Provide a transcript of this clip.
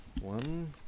one